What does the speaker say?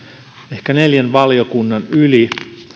ehkä neljän valiokunnan yli